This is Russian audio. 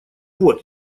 вот